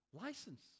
license